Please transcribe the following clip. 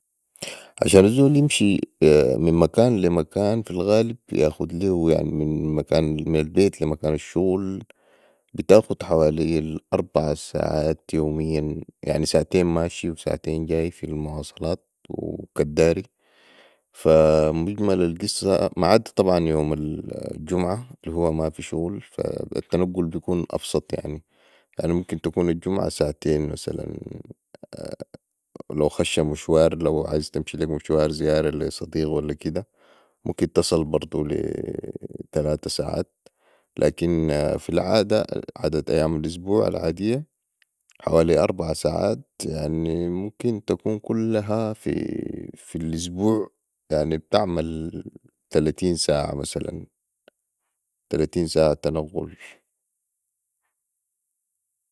عشان الزول يمشي من مكان لي مكان في الغالب بياخد ليهو يعني من البيت لي مكان الشغل بتاخد حوالي ال اربعه ساعات بوما يعني ساعتين ماشي وساعتين جاي ساعتين في المواصلات وكداري فا مجمل القصه.. ماعاد طبعا يوم الجمعة الهو مافي شغل التنقل بكون ابسط يعني يعني ممكن تكون الجمعة ساعتين مثلا لوخشه مشوار لو عايز تمشي ليك زيارة لي صديق ولا كده ممكن تصل برضو لي تلاته ساعات لكن في العاده عدت أيام الاسبوع العادية حوالي اربعه ساعات يعني ممكن تكون كلها في الأسبوع يعني بتعمل تلتين ساعه مثلا تلتين ساعه تنقل